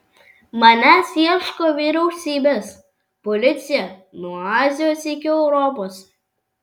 manęs ieško vyriausybės policija nuo azijos iki europos